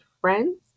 friends